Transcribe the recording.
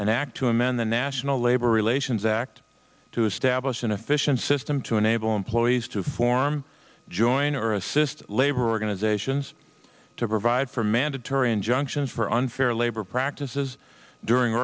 and act to amend the national labor relations act to establish an efficient system to enable employees to form join or assist labor organizations to provide for mandatory injunctions for unfair labor practices during